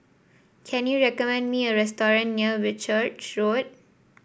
can you recommend me a restaurant near Whitchurch Road